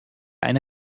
eine